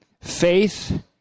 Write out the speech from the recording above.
Faith